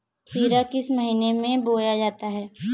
खीरा किस महीने में बोया जाता है?